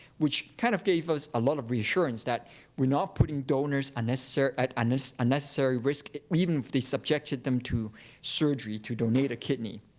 which kind of gave us a lot of reassurance that we're not putting donors at and so unnecessary risk, even if they subjected them to surgery to donate a kidney.